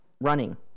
running